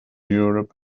europe